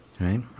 right